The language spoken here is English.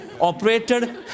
operated